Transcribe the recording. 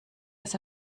was